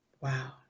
Wow